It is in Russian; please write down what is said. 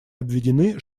обведены